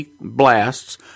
blasts